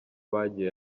bagiye